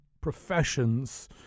professions